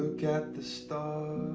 look at the stars